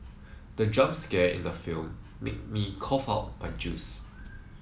the jump scare in the film made me cough out my juice